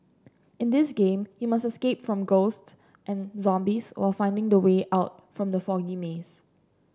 in this game you must escape from ghosts and zombies while finding the way out from the foggy maze